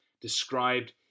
described